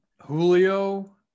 Julio